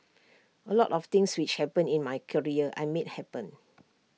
A lot of things which happened in my career I made happen